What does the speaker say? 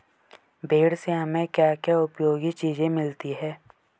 भेड़ से हमें क्या क्या उपयोगी चीजें मिलती हैं?